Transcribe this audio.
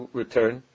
return